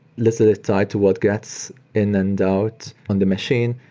little tied to what gets in and out on the machine.